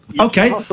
Okay